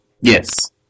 Yes